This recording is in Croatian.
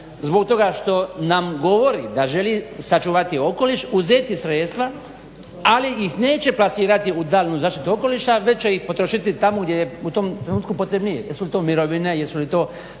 zbog toga što nam govori da želi sačuvati okoliš uzeti sredstva ali ih neće plasirati u daljnju zaštitu okoliša već će ih potrošiti tamo gdje je u tom trenutku potrebnije. Jesu li to mirovine, jesu li to